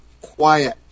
quiet